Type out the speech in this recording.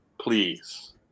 please